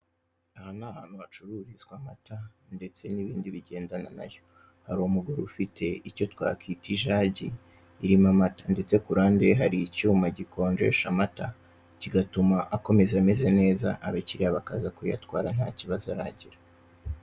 Aha ni ahantu hacururizwa amata ndetse n'ibindi bigendana nayo. Hari umugore ufite icyo twakita ijagi irimo amata ndetse ku ruhande hari icyuma gikonjesha amata kigatuma akomeza ameze neza, abakiriya bakaza kuyatwara ntakibazo aragira.